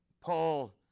Paul